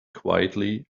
quietly